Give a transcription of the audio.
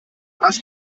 hast